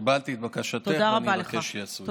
קיבלתי את בקשתך ואני אבקש שיעשו את זה.